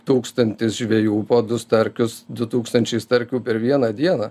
tūkstantis žvejų po du starkius du tūkstančiai starkių per vieną dieną